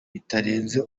bitarenze